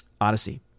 Odyssey